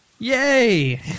Yay